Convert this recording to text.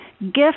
Gift